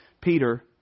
Peter